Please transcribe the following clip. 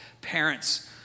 parents